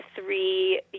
three